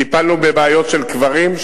טיפלנו בבעיות של קברים,